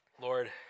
Lord